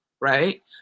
right